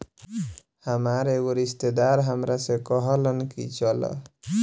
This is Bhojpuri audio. हामार एगो रिस्तेदार हामरा से कहलन की चलऽ